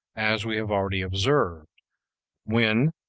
as we have already observed when,